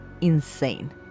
insane